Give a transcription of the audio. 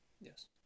Yes